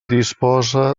disposa